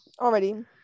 already